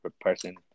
person